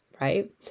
right